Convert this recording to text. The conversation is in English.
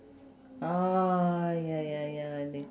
ah ya ya ya they